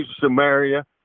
Samaria